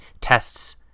tests